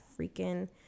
freaking